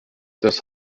das